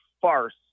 farce